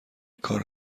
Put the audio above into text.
کار